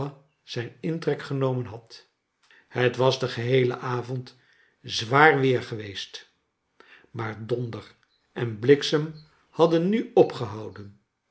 zijn intrek genomen had het was den geheelen avond zwaar weer geweest maar donder en bliksem hadden nu opgehouden